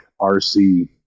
RC